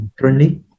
currently